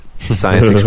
Science